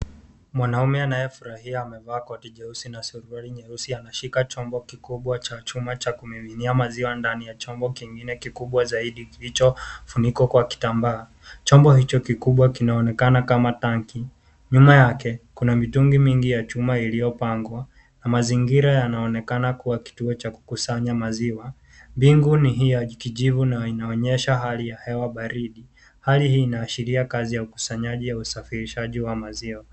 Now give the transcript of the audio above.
Mwanaume anayefurahia amevaa koti jeusi na suruali jeusi anashika chombo kikubwa cha chuma cha kumiminia maziwa ndani ya chombo kingine kikubwa zaidi kilichofunikwa kwa kitambaa. Chombo hicho kikubwa kinaonekana kama tanki. Nyuma yake, kuna mitungi mingi ya chuma iliyopangwa na mazingira yanaonekana kuwa kituo cha kukusanya maziwa. Mbingu ni hii ya kijivu na inaonyesha hali ya hewa baridi. Hali hii inaashiria kazi ya ukusanyaji au usafirishaji wa maziwa.